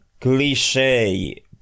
cliche